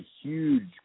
huge